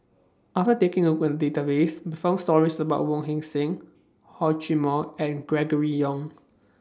after taking A Look At The Database We found stories about Wong Heck Sing Hor Chim More and Gregory Yong